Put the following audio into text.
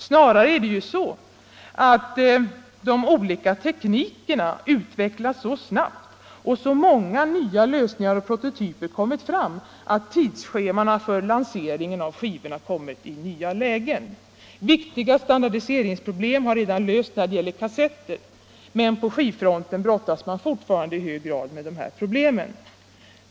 Snarare är det ju så att de olika teknikerna utvecklats så snabbt och så många nya lösningar och prototyper kommit fram att tidsschemana för lanseringen av skivorna kommit i nya lägen. Viktiga standardiseringsproblem har redan lösts när det gäller kassetter, men på skivfronten brottas man fortfarande i hög grad med dessa problem.